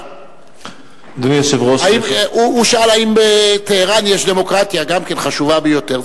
הוא שאל אם בטהרן יש דמוקרטיה, גם כן חשובה ביותר.